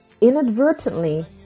inadvertently